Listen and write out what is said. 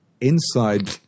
inside